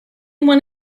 one